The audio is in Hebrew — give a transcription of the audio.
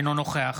אינו נוכח